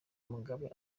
mugabe